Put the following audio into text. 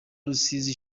rusizi